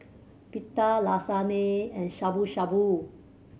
Pita Lasagne and Shabu Shabu